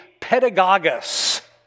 pedagogus